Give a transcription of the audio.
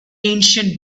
ancient